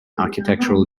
architectural